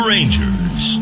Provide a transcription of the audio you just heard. Rangers